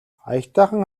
аятайхан